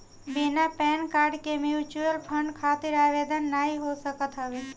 बिना PAN card के mutual fund खातिर आवेदन नाइ हो सकत हवे